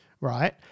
right